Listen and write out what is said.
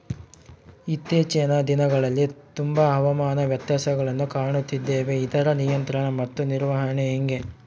ಇತ್ತೇಚಿನ ದಿನಗಳಲ್ಲಿ ತುಂಬಾ ಹವಾಮಾನ ವ್ಯತ್ಯಾಸಗಳನ್ನು ಕಾಣುತ್ತಿದ್ದೇವೆ ಇದರ ನಿಯಂತ್ರಣ ಮತ್ತು ನಿರ್ವಹಣೆ ಹೆಂಗೆ?